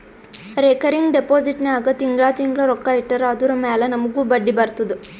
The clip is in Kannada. ರೇಕರಿಂಗ್ ಡೆಪೋಸಿಟ್ ನಾಗ್ ತಿಂಗಳಾ ತಿಂಗಳಾ ರೊಕ್ಕಾ ಇಟ್ಟರ್ ಅದುರ ಮ್ಯಾಲ ನಮೂಗ್ ಬಡ್ಡಿ ಬರ್ತುದ